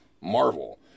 Marvel